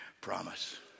promise